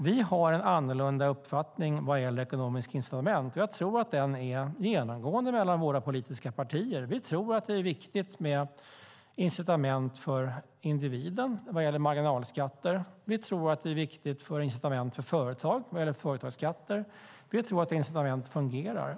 Vi har en annorlunda uppfattning vad gäller ekonomiska incitament, och jag tror att den är genomgående mellan våra politiska partier. Vi tror att det är viktigt med incitament för individen vad gäller marginalskatter. Vi tror att företagsskatter är ett viktigt incitament för företag. Vi tror att incitament fungerar.